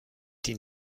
die